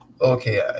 Okay